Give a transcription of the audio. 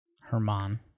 Herman